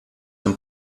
zum